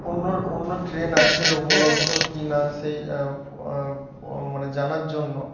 অন্য অন্য ট্রেন আছে উপলব্ধ কি না সেই মানে জানার জন্য